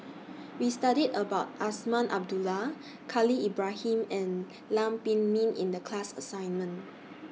We studied about Azman Abdullah Khalil Ibrahim and Lam Pin Min in The class assignment